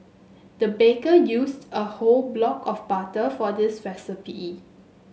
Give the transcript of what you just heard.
the baker used a whole block of butter for this recipe